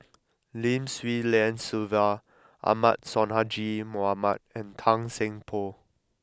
Lim Swee Lian Sylvia Ahmad Sonhadji Mohamad and Tan Seng Poh